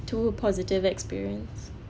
two positive experience